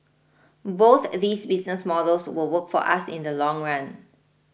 both these business models will work for us in the long run